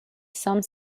some